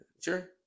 sure